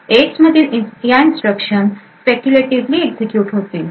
X मधील या instruction speculatively execute होतील